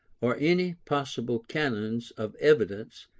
or any possible canons of evidence,